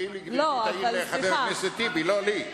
כשמפריעים לי, גברתי תעיר לחבר הכנסת טיבי, לא לי.